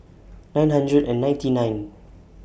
nine hundred and ninety nine